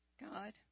God